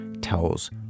tells